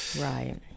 right